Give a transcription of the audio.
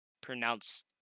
pronounce